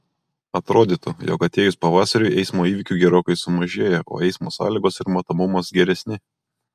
atrodytų jog atėjus pavasariui eismo įvykių gerokai sumažėja o eismo sąlygos ir matomumas geresni